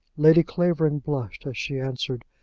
lady clavering blushed as she answered.